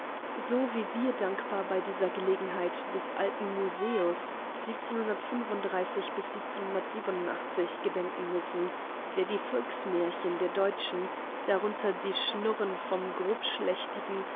so wie wir dankbar bei dieser gelegenheit des alten museum gedenken müssen der die volksmärchen der deutschen darunter die schnurren vom